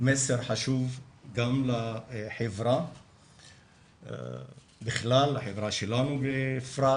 מסר חשוב גם לחברה בכלל, לחברה שלנו בפרט,